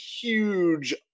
huge